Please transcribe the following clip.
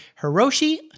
Hiroshi